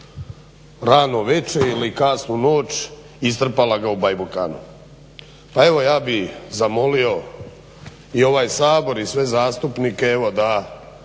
rano večer ili kasnu noć i strpala ga u bajbukanu. Pa evo ja bih zamolio i ovaj Sabor i sve zastupnike evo